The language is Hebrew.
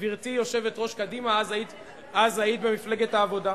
גברתי יושבת-ראש קדימה, אז היית במפלגת העבודה,